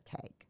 cake